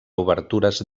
obertures